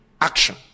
action